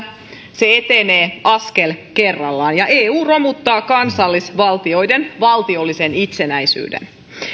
se etenee askel kerrallaan ja eu romuttaa kansallisvaltioiden valtiollisen itsenäisyyden